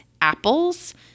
apples